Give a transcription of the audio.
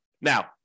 Now